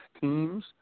teams